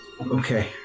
Okay